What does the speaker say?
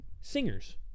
Singers